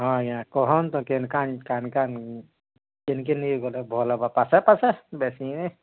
ହଁ ଆଜ୍ଞା କହୁନ୍ ତ କେନ୍ କେନ୍ କେନ୍ କେନ୍ କେନ୍ କେନ୍ ନି'କେ ଗଲେ ଭଲ୍ ହେବା ପାସେ ପାସେ ବେଶି ନାଇ